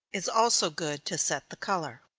is also good to set the color.